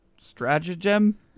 Stratagem